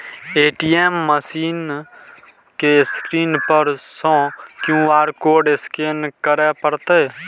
ATM machine के screen पर सं क्यू.आर कोड स्कैन करय पड़तै